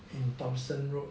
in thomson road